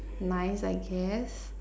nice I guess